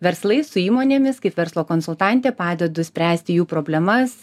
verslais su įmonėmis kaip verslo konsultantė padedu spręsti jų problemas